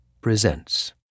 presents